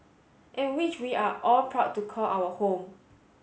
and which we are all proud to call our home